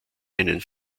einen